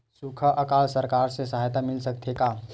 सुखा अकाल सरकार से सहायता मिल सकथे का?